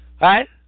right